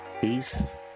peace